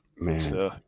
Man